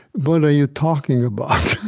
what are you talking about?